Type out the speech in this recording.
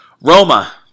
Roma